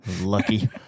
Lucky